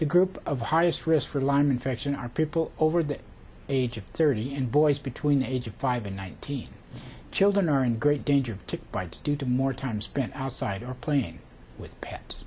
the group of highest risk for lyme infection are people over the age of thirty and boys between the age of five in nineteen children are in great danger to bites due to more time spent outside or playing with pets